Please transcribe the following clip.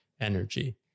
energy